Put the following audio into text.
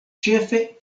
ĉefe